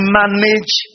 manage